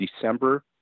December